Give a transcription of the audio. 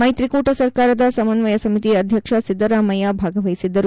ಮೈತ್ರಿಕೂಟ ಸರ್ಕಾರದ ಸಮನ್ವಯ ಸಮಿತಿ ಅಧ್ಯಕ್ಷ ಸಿದ್ದರಾಮಯ್ಯ ಭಾಗವಹಿಸಿದ್ದರು